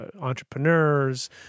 entrepreneurs